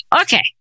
okay